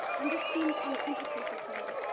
and this seemed uncomplicated to me.